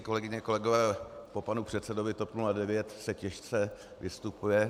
Kolegyně, kolegové, po panu předsedovi TOP 09 se těžce vystupuje.